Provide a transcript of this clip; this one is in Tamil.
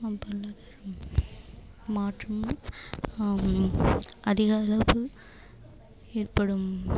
மாற்றமும் அதிக அளவு ஏற்படும்